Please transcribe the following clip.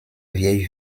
vieille